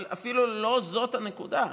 אבל אפילו לא זאת הנקודה.